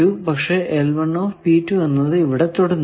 പക്ഷെ എന്നത് ഇവിടെ തൊടുന്നുണ്ട്